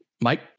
Mike